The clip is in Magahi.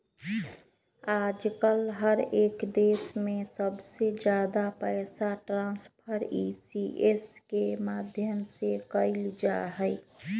आजकल हर एक देश में सबसे ज्यादा पैसा ट्रान्स्फर ई.सी.एस के माध्यम से कइल जाहई